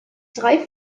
drei